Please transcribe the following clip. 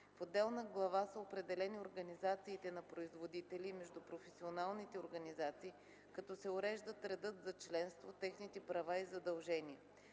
В отделна глава са определени организациите на производители и междупрофесионалните организации, като се уреждат редът за членство, техните права и задължения.